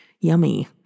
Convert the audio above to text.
yummy